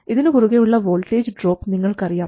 ഇതിന് കുറുകെ ഉള്ള വോൾട്ടേജ് ഡ്രോപ്പ് നിങ്ങൾക്ക് അറിയാം